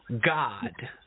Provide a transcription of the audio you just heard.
God